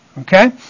Okay